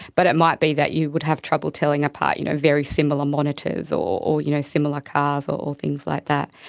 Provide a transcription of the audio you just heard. but it might be that you would have trouble telling apart you know very similar monitors or or you know similar cars or or things like that.